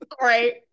right